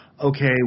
okay